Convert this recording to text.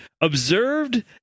observed